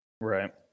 Right